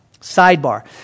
sidebar